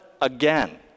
again